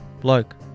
Bloke